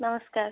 ନମସ୍କାର